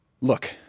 look